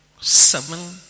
Seven